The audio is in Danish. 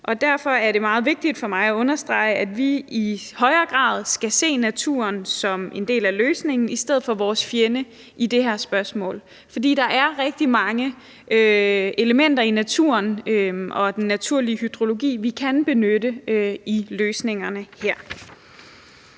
derfor er det meget vigtigt for mig at understrege, at vi i højere grad skal se naturen som en del af løsningen i stedet for som vores fjende i det her spørgsmål, for der er rigtig mange elementer i naturen og den naturlige hydrologi, vi kan benytte i løsningerne her.